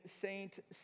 Saint